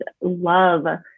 love